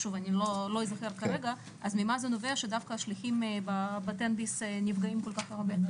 אז ממה נובע שדווקא השליחים של תן ביס נפגעים כל-כך הרבה?